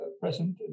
present